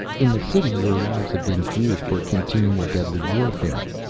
in the city your lives have been geared for continual deadly warfare.